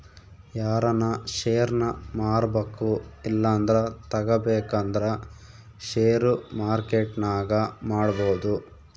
ಯಾರನ ಷೇರ್ನ ಮಾರ್ಬಕು ಇಲ್ಲಂದ್ರ ತಗಬೇಕಂದ್ರ ಷೇರು ಮಾರ್ಕೆಟ್ನಾಗ ಮಾಡ್ಬೋದು